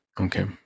Okay